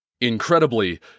Incredibly